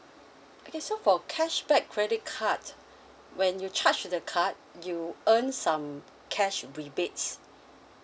okay so for cashback credit card when you charge to the card you earn some cash rebates